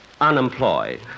Unemployed